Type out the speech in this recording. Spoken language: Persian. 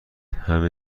همه